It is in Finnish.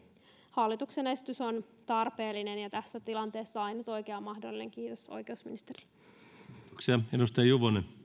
hallituksen esitys on tarpeellinen ja tässä tilanteessa ainut oikea mahdollinen kiitos oikeusministeri